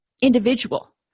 individual